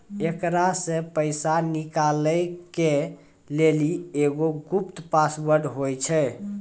एकरा से पैसा निकालै के लेली एगो गुप्त पासवर्ड होय छै